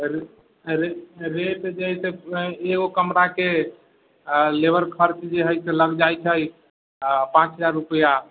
रे रेट जे हइ से एगो कमराके लेबर खर्च जे हइ से लागि जाइत छै पाँच हजार रूपैआ